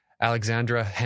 Alexandra